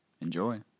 Enjoy